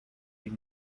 eat